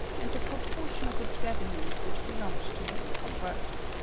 and the proportion of its revenues which belonged to him from birth.